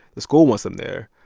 the school wants them there.